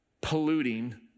polluting